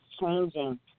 changing